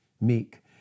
Meek